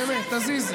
באמת, תזיזי.